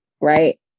right